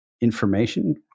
information